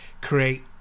create